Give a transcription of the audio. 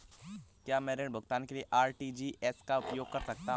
क्या मैं ऋण भुगतान के लिए आर.टी.जी.एस का उपयोग कर सकता हूँ?